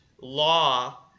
law